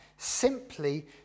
simply